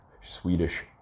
Swedish